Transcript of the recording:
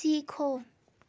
सीखो